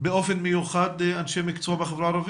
באופן מיוחד אנשי מקצוע בחברה הערבית?